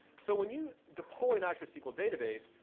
so when you deploy an azure sql database,